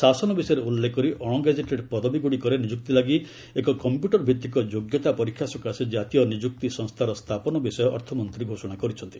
ଶାସନ ବିଷୟରେ ଉଲ୍ଲେଖ କରି ଅଣଗେଜେଟେଡ୍ ପଦବୀଗୁଡ଼ିକରେ ନିଯୁକ୍ତି ଲାଗି ଏକ କମ୍ପ୍ୟୁଟର ଭିତ୍ତିକ ଯୋଗ୍ୟତା ପରୀକ୍ଷା ସକାଶେ ଜାତୀୟ ନିଯୁକ୍ତି ସଂସ୍ଥାର ସ୍ଥାପନ ବିଷୟ ଅର୍ଥମନ୍ତ୍ରୀ ଘୋଷଣା କରିଛନ୍ତି